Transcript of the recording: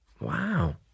wow